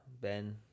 Ben